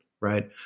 right